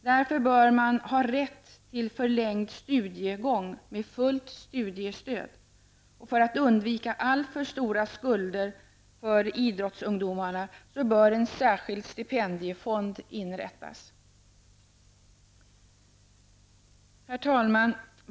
Därför bör man ha rätt till förlängd studiegång med fullt studiestöd, och för att undvika alltför stora skulder för idrottsungdomarna bör en särskild stipendiefond inrättas. Herr talman!